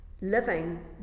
living